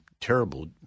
terrible